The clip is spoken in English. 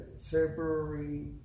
February